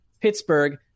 Pittsburgh